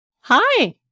Hi